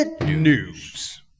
News